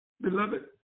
Beloved